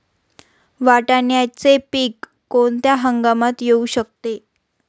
वाटाण्याचे पीक कोणत्या हंगामात येऊ शकते?